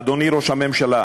אדוני ראש הממשלה,